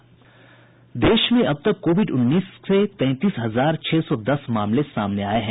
इधर देश में अब तक कोविड उन्नीस से तैंतीस हजार छह सौ दस मामले सामने आये हैं